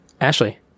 Ashley